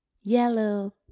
yellow